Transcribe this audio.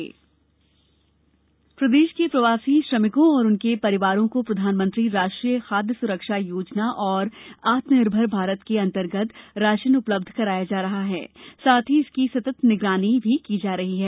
CM श्रमिक संवाद प्रदेश के प्रवासी श्रमिकों और उनके परिवारों को प्रधानमंत्री राष्ट्रीय खाद्य सुरक्षा योजना और आत्मनिर्भर भारत के अंतर्गत राशन उपलब्ध कराया जा रहा है साथ ही इसकी सतत निगरानी भी की जा रही है